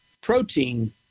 protein